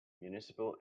municipal